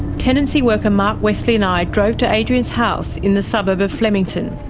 tenancy worker mark westley and i drove to adrian's house in the suburb of flemington.